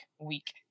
week